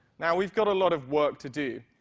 now we've got a lot of work to do,